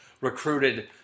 recruited